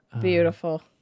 beautiful